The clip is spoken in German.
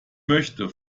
möchte